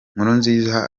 nkurunziza